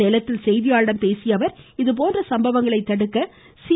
சேலத்தில் செய்தியாளர்களிடம் பேசிய அவர் இதுபோன்ற சம்பவங்களை தடுக்க சி